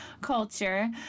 culture